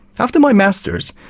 after my master's,